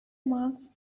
marks